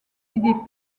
idées